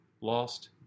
lost